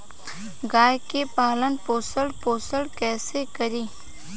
गाय के पालन पोषण पोषण कैसे करी?